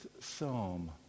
psalm